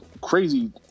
crazy